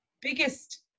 biggest